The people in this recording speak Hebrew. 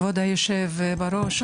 כבוד היושב ראש,